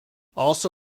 also